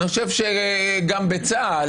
אני חושב שגם בצה"ל,